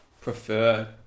prefer